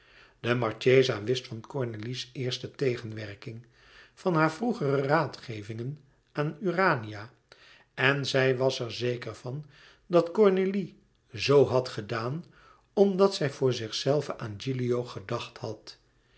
de marchesa wist van cornélie's eerste tegenwerking van haar vroegere raadgevingen aan urania en zij was er zeker van dat cornélie zoo gedaan had omdat zij voor zichzelve aan gilio gedacht had